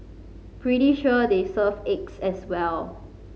pretty sure they serve eggs as well